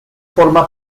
forma